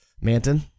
Manton